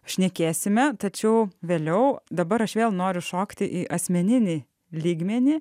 šnekėsime tačiau vėliau dabar aš vėl noriu šokti į asmeninį lygmenį